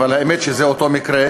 אבל האמת היא שזה אותו מקרה,